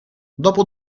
dopo